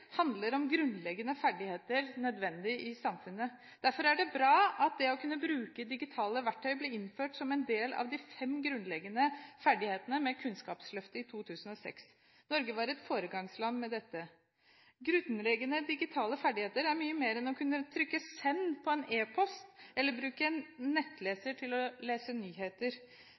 handler om grunnleggende ferdigheter som er nødvendige i samfunnet. Derfor er det bra at det å kunne bruke digitale verktøy ble innført med Kunnskapsløftet i 2006 som en del av de fem grunnleggende ferdighetene. Norge var et foregangsland med dette. Grunnleggende digitale ferdigheter er mye mer enn å kunne trykke send på en e-post eller bruke en nettleser til å lese nyheter.